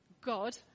God